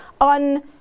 on